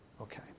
Okay